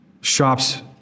shops